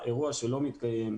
אירוע שלא מתקיים,